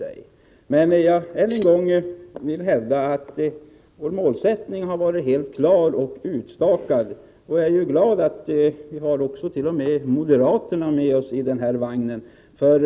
Jag vill än en gång hävda att vår målsättning har varit helt klar och utstakad. Jag är glad att vi t.o.m. har moderaterna med oss i vagnen.